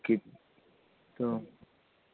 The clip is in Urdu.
کہ تو